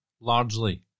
largely